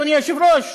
אדוני היושב-ראש,